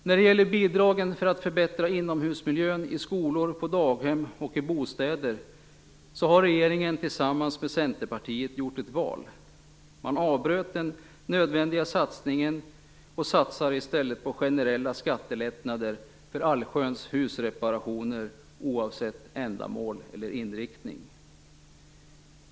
När det gäller bidragen för att förbättra inomhusmiljön i skolor, på daghem och i bostäder har regeringen tillsammans med Centerpartiet gjort ett val. Man avbröt den nödvändiga satsningen och satsar i stället på generella skattelättnader för allsköns husreparationer oavsett ändamål eller inriktning.